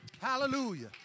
hallelujah